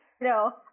No